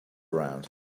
around